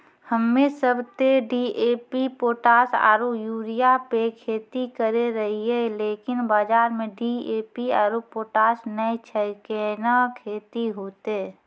हम्मे सब ते डी.ए.पी पोटास आरु यूरिया पे खेती करे रहियै लेकिन बाजार मे डी.ए.पी आरु पोटास नैय छैय कैना खेती होते?